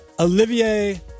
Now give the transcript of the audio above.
Olivier